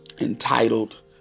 entitled